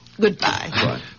Goodbye